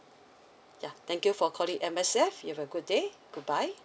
yeah thank you for calling M_S_F you have a good day goodbye